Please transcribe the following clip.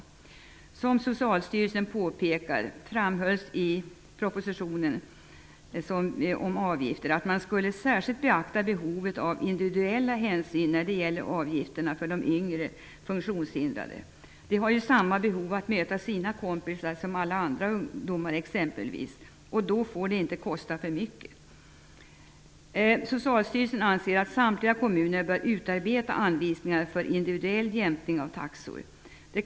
I likhet med Socialstyrelsens påpekande framhölls i propositionen om avgifter att man särskilt skulle beakta behovet av individuella hänsyn när det gäller avgifterna för de yngre funktionshindrade. De har ju samma behov av att exempelvis träffa sina kompisar som andra ungdomar. Därför får det inte kosta för mycket. Socialstyrelsen anser att samtliga kommuner bör utarbeta anvisningar för individuell jämkning av taxor.